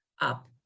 up